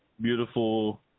beautiful